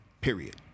Period